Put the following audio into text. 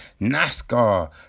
NASCAR